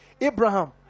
Abraham